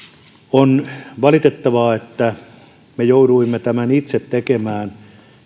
on valitettavaa että me jouduimme tämän itse tekemään